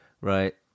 right